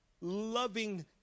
loving